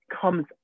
comes